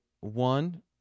one